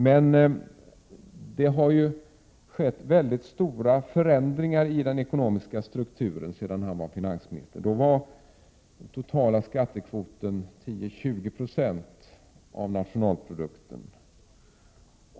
Men det har ju skett stora förändringar i den ekonomiska strukturen sedan han var finansminister. Då var den totala skattekvoten 10-20 96 av nationalprodukten.